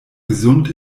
gesund